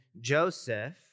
Joseph